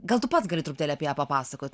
gal tu pats gali truputėlį apie ją papasakot